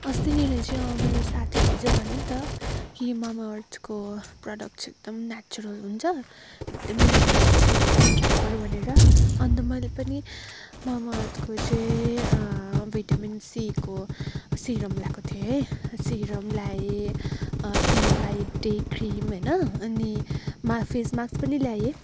अस्तिनिर चाहिँ मेरो साथीहरूले चाहिँ भन्यो नि त कि मामाअर्तको प्रडक्ट चाहिँ एकदम नेचरल हुन्छ एकदमै राम्रो हुन्छ तैँले पनि ट्राइ गर भनेर अन्त मैले पनि मामाअर्तको चाहिँ भिटामिन सिको सिरम ल्याएँको थिएँ है सिरम ल्याएँ क्रिम ल्याएँ डे क्रिम होइन अनि मा फेस माक्स पनि ल्याएँ